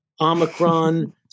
omicron